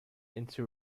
into